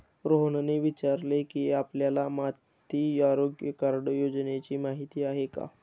रोहनने विचारले की, आपल्याला माती आरोग्य कार्ड योजनेची माहिती आहे का?